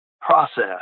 process